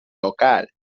local